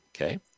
Okay